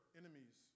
enemies